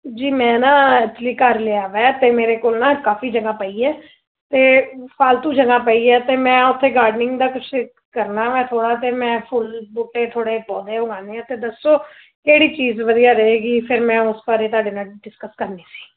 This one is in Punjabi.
ਜੀ ਮੈਂ ਨਾ ਐਕਚੁਲੀ ਘਰ ਲਿਆ ਵਾ ਅਤੇ ਮੇਰੇ ਕੋਲ ਨਾ ਕਾਫੀ ਜਗ੍ਹਾ ਪਈ ਹੈ ਅਤੇ ਫਾਲਤੂ ਜਗ੍ਹਾ ਪਈ ਹੈ ਅਤੇ ਮੈਂ ਉੱਥੇ ਗਾਰਡਨਿੰਗ ਦਾ ਕੁਛ ਕਰਨਾ ਵਾ ਥੋੜਾ ਅਤੇ ਮੈਂ ਫੁੱਲ ਬੂਟੇ ਥੋੜੇ ਪੌਦੇ ਉਗਾਨੇ ਆ ਤਾਂ ਦੱਸੋ ਕਿਹੜੀ ਚੀਜ਼ ਵਧੀਆ ਰਹੇਗੀ ਫਿਰ ਮੈਂ ਉਸ ਬਾਰੇ ਤੁਹਾਡੇ ਨਾਲ ਡਿਸਕਸ ਕਰਨੀ ਸੀ